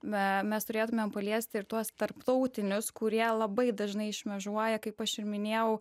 mes turėtumėm paliesti ir tuos tarptautinius kurie labai dažnai šmėžuoja kaip aš ir minėjau